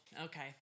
okay